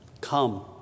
Come